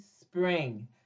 spring